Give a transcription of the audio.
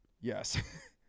Yes